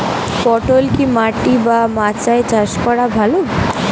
পটল কি মাটি বা মাচায় চাষ করা ভালো?